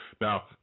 Now